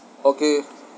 okay